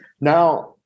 Now